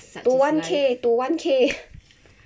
to one K to one K